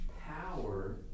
power